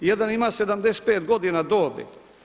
Jedan ima 75 godina dobrih.